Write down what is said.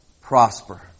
prosper